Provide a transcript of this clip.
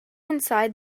inside